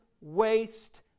waste